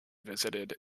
visited